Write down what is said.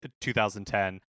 2010